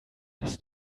des